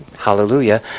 Hallelujah